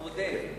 מודה.